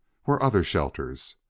were other shelters.